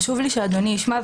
חשוב לי שאדוני ישמע.